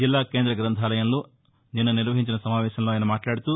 జిల్లా కేంద్ర గ్రంథాలయంలో నిన్న నిర్వహించిన సమావేశంలో ఆయన మాట్లాడుతూ